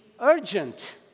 urgent